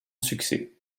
succès